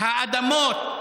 האדמות